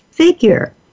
Figure